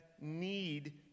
need